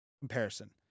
comparison